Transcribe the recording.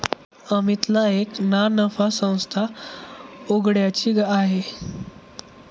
अमितला एक ना नफा संस्था उघड्याची आहे